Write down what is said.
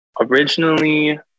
originally